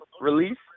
release